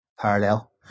parallel